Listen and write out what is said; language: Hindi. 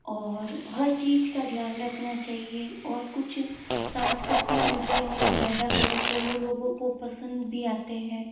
और हर चीज़ का ध्यान रखना चाहिए और कुछ सांस्कृतिक नृत्य हम ज़्यादा करें तो वो लोगों को पसंद भी आते हैं